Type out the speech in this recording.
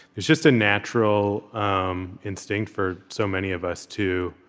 it's just a natural um instinct, for so many of us, to